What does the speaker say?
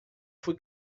fui